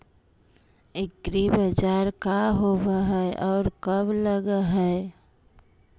एग्रीबाजार का होब हइ और कब लग है?